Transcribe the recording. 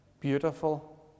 beautiful